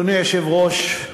אדוני היושב-ראש,